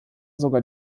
sogar